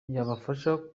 yabafasha